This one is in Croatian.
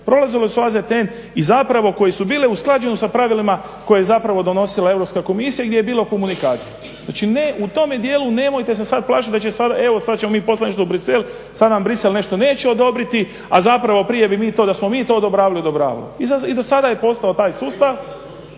prolazile su AZTN i koje su bile usklađene sa pravilima koje je donosila EU komisija gdje je bilo komunikacije. Znači u tome dijelu nemojte se sada plašiti da će sada evo sada ćemo mi nešto poslati u Bruxelles … nešto neće odobriti, a zapravo prije bi mi to da smo mi to odobravali odobravamo. I do sada je postojao taj sustav,